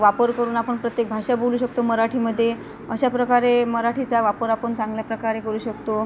वापर करून आपण प्रत्येक भाषा बोलू शकतो मराठीमध्ये अशा प्रकारे मराठीचा वापर आपण चांगल्या प्रकारे करू शकतो